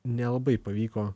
nelabai pavyko